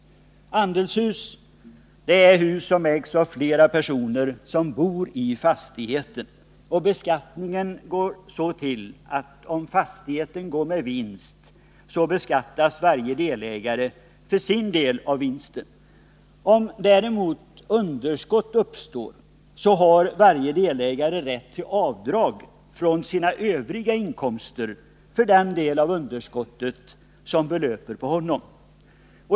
Andelshusen är hus som ägs av flera personer som bor i fastigheten. Beskattningen går så till, att om fastigheten går med vinst beskattas varje delägare för sin del av vinsten. Om däremot underskott uppstår har varje delägare rätt till avdrag från sina övriga inkomster för den del av underskottet som belöper på honom.